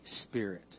Spirit